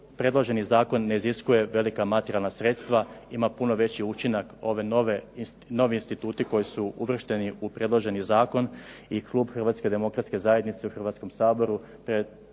Predloženi zakon ne iziskuje velika materijalna sredstva, ima puno veći učinak ovi novi instituti koji su uvršteni u predloženi zakon. I klub HDZ-a u Hrvatskom saboru